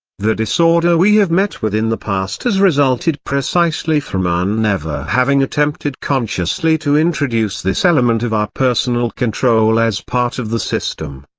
the disorder we have met with in the past has resulted precisely from our never having attempted consciously to introduce this element of our personal control as part of the system.